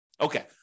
Okay